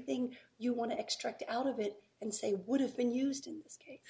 thing you want to extract out of it and say would have been used in this case